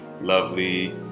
lovely